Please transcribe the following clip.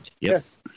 Yes